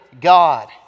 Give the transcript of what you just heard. God